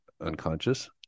unconscious